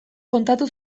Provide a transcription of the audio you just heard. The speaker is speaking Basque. kontatu